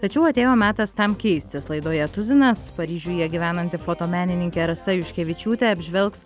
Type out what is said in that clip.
tačiau atėjo metas tam keistis laidoje tuzinas paryžiuje gyvenanti fotomenininkė rasa juškevičiūtė apžvelgs